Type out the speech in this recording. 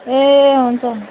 ए हुन्छ